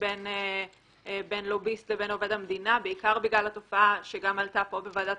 בין לוביסט לבין עובד המדינה בעיקר בגלל התופעה שגם עלתה פה בוועדת